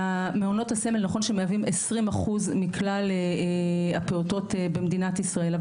מעונות הסמל נכון שמהווים 20% מכלל הפעוטות במדינת ישראל.